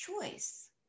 choice